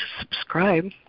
subscribe